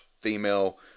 female